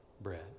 bread